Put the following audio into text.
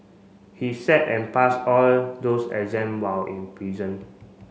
he sat and passed all those exam while in prison